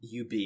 UB